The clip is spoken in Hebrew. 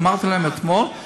אמרתי להם אתמול,